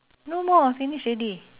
no more finish already